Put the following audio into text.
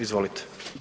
Izvolite.